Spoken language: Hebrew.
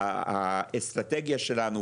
של האסטרטגיה שלנו,